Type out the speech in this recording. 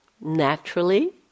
naturally